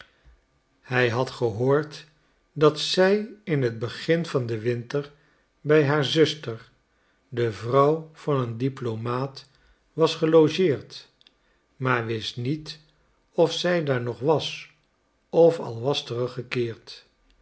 hij had gehoord dat zij in het begin van den winter bij haar zuster de vrouw van een diplomaat was gelogeerd maar wist niet of zij daar nog was of al was teruggekeerd